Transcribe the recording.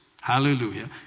Hallelujah